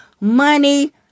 Money